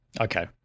Okay